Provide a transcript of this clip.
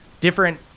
different